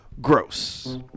Gross